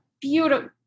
beautiful